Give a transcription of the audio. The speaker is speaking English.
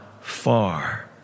far